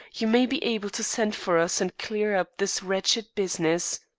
you may be able to send for us and clear up this wretched business.